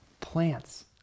plants